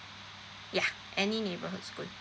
yeah any neighbourhood school